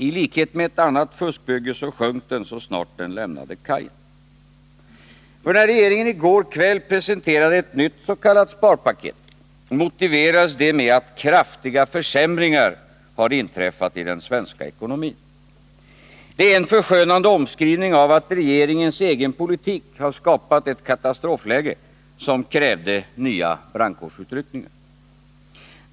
I likhet med ett annat fuskbygge sjönk den så snart den lämnade kajen. När regeringen i går kväll presenterade ett nytt s.k. sparpaket, motiverades detta med att kraftiga försämringar hade inträffat i den svenska ekonomin. Det är en förskönande omskrivning av att regeringens egen politik har skapat ett katastrofläge, som kräver nya brandkårsutryckningar.